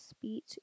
Speech